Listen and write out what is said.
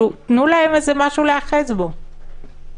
תנו להם משהו להיאחז בו.